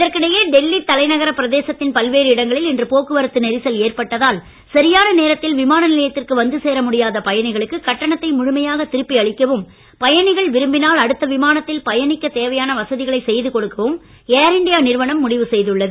இதற்கிடையே டெல்லி தலைநகர பிரதேசத்தின் பல்வேறு இடங்களில் இன்று போக்குவரத்து நெரிசல் ஏற்பட்டதால் சரியான நேரத்தில் விமான நிலையத்திற்கு வந்து சேர முடியாத பயணிகளுக்கு கட்டணத்தை முழுமையாகத் திருப்பி அளிக்கவும் பயணிகள் விரும்பினால் அடுத்த விமானத்தில் பயணிக்கத் தேவையான வசதிகளை செய்து கொடுக்கவும் ஏர் இண்டியா நிறுவனம் முடிவு செய்துள்ளது